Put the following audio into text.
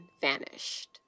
vanished